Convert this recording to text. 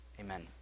amen